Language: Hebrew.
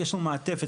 יש מעטפת,